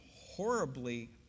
horribly